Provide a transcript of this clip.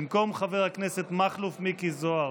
במקום חבר הכנסת מכלוף מיקי זוהר,